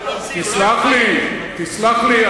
הוא לא צריך את, תסלח לי, תסלח לי.